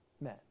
men